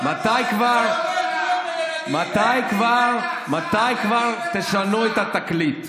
רגע, הינה, חבר הכנסת משה ארבל.